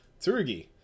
Tsurugi